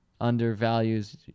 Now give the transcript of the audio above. undervalues